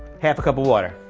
half a cup of water,